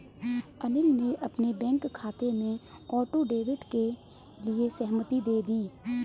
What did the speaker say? अनिल ने अपने बैंक खाते में ऑटो डेबिट के लिए सहमति दे दी